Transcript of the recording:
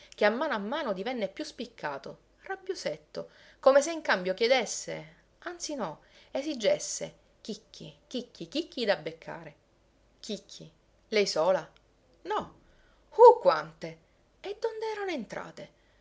che a mano a mano divenne più spiccato rabbiosetto come se in cambio chiedesse anzi no esigesse chicchi chicchi chicchi da beccare chicchi lei sola no uh quante e donde erano entrate